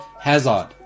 Hazard